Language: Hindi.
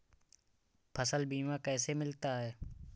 फसल बीमा कैसे मिलता है?